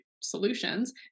solutions